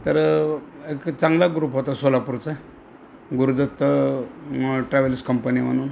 तर एक चांगला ग्रुप होता सोलापूरचा गुरुदत्त ट्रॅव्हल्स कंपनी म्हणून